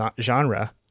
genre